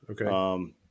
Okay